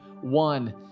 one